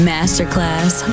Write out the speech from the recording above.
Masterclass